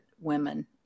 women